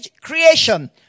creation